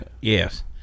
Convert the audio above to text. Yes